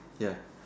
ya